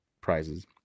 prizes